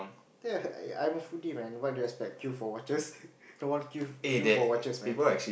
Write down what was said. ya ya I'm a foodie man what do you expect queue for watches no one queue queue for watches man